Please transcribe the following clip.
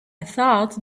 thought